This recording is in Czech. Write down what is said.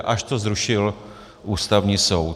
Až to zrušil Ústavní soud.